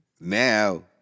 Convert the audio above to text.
now